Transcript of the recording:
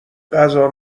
غذا